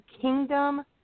kingdom